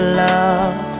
love